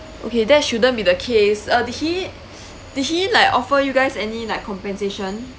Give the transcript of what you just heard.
okay that shouldn't be the case uh did he did he like offer you guys any like compensation